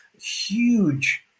huge